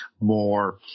more